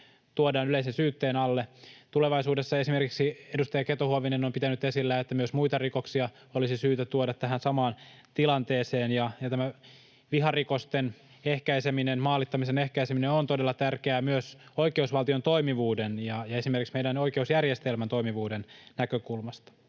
tuodaan yleisen syytteen alle. Esimerkiksi edustaja Keto-Huovinen on pitänyt esillä, että tulevaisuudessa myös muita rikoksia olisi syytä tuoda tähän samaan tilanteeseen. Tämä viharikosten ehkäiseminen, maalittamisen ehkäiseminen, on todella tärkeää myös oikeusvaltion toimivuuden ja esimerkiksi meidän oikeusjärjestelmän toimivuuden näkökulmasta.